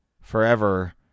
forever